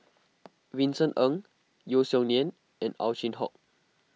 Vincent Ng Yeo Song Nian and Ow Chin Hock